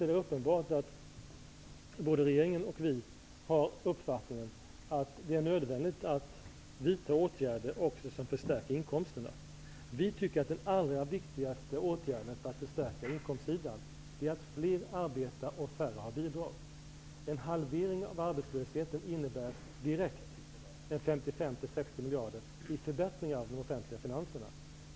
Det är uppenbart att både regeringen och vi har uppfattningen att det är nödvändigt att det vidtas åtgärder som förstärker inkomsterna. Vi tycker att den allra viktigaste åtgärden för att förstärka inkomstsidan är att fler arbetar och färre har bidrag. En halvering av arbetslösheten innebär direkt 55--60 miljarder i förbättring av de offentliga finanserna.